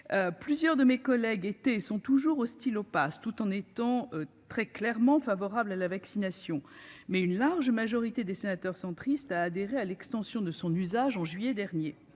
Plusieurs de mes collègues étaient et sont toujours hostiles au passe, tout en étant très ouvertement favorables à la vaccination, mais une large majorité des sénateurs centristes a voté en faveur de son déploiement en juillet dernier.